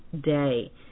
day